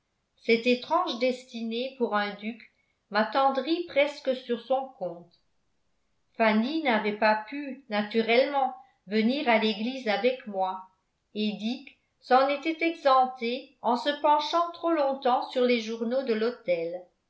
cette étrange destinée pour un duc m'attendrit presque sur son compte fanny n'avait pas pu naturellement venir à l'église avec moi et dick s'en était exempté en se penchant trop longtemps sur les journaux de l'hôtel